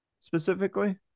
specifically